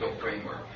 framework